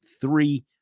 three